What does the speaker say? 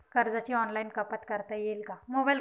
कर्जाची ऑनलाईन कपात करता येईल का?